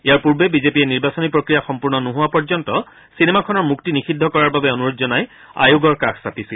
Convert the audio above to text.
ইয়াৰ পূৰ্বে বিজেপিয়ে নিৰ্বাচনী প্ৰক্ৰিয়া সম্পৰ্ণ নোহোৱাপৰ্যন্ত চিনেমাখনৰ মুক্তি নিষিদ্ধ কৰাৰ বাবে অনুৰোধ জনাই আয়োগৰ কাষ চাপিচিল